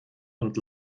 und